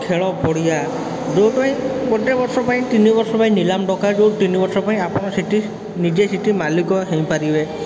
ଖେଳପଡ଼ିଆ ଦୁଇଟା ହିଁ ଗୋଟେ ବର୍ଷପାଇଁ ତିନି ବର୍ଷ ପାଇଁ ନିଲାମ ଡକାଯିବ ତିନି ବର୍ଷ ପାଇଁ ଆପଣ ସେଇଠି ନିଜେ ସେଇଠି ମାଲିକ ହେଇପାରିବେ